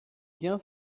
bien